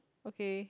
okay